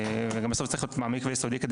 וגם בסוף צריך להיות מעמיק ויסודי כדי